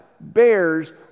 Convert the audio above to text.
bears